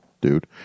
dude